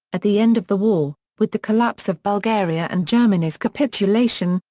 at the end of the war, with the collapse of bulgaria and germany's capitulation,